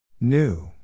New